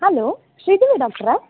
hello Sridevi ಡಾಕ್ಟ್ರಾ